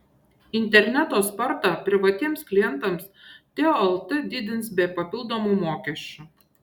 interneto spartą privatiems klientams teo lt didins be papildomų mokesčių